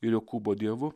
ir jokūbo dievu